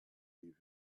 leave